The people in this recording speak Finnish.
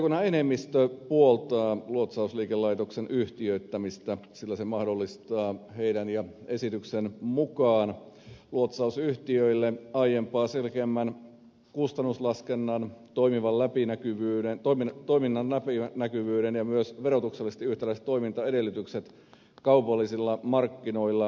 valiokunnan enemmistö puoltaa luotsausliikelaitoksen yhtiöittämistä sillä se mahdollistaa luotsausliikelaitoksen ja esityksen mukaan luotsausyhtiöille aiempaa selkeämmän kustannuslaskennan toiminnan läpinäkyvyyden ja myös verotuksellisesti yhtäläiset toimintaedellytykset kaupallisilla markkinoilla toimimiselle